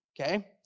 okay